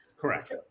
Correct